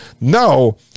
No